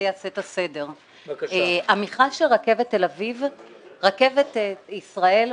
המכרז נעשה בשיטת ה-PPP.